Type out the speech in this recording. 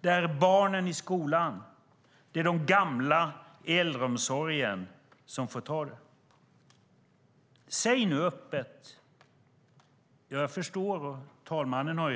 Det är barnen i skolan och de gamla i äldreomsorgen som får ta det. Talmannen har förstås